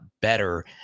better